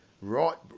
Right